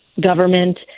government